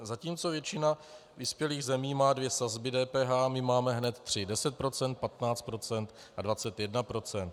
Zatímco většina vyspělých zemí má dvě sazby DPH, my máme hned tři, 10 %, 15 % a 21 %.